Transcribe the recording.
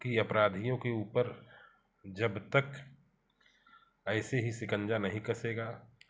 कि अपराधियों के ऊपर जब तक ऐसे ही शिकंजा नहीं कसेगा